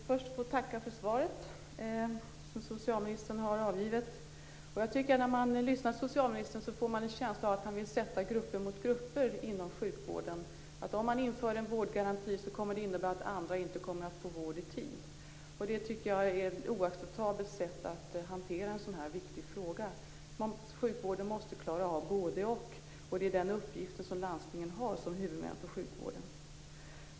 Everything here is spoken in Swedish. Fru talman! Jag får först tacka för det svar som socialministern har avgivit. När man lyssnar till socialministern får man en känsla av att han vill sätta grupper mot grupper inom sjukvården, att om man inför en vårdgaranti kommer det att innebära att andra inte får vård i tid. Jag tycker att det är ett oacceptabelt sätt att hantera en så viktig fråga på. Sjukvården måste klara av både-och, och det är den uppgiften som landstingen har som huvudmän för sjukvården.